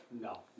No